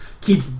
keep